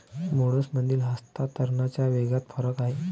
मोड्समधील हस्तांतरणाच्या वेगात फरक आहे